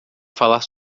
falar